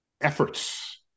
efforts